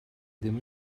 ddim